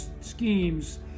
schemes